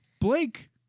Blake